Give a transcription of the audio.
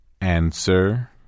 Answer